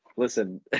Listen